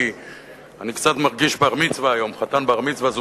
כי אני קצת מרגיש חתן בר-מצווה היום.